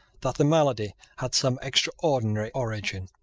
that the malady had some extraordinary origin.